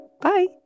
Bye